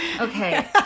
okay